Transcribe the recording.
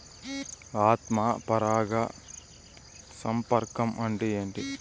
ఆత్మ పరాగ సంపర్కం అంటే ఏంటి?